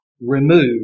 remove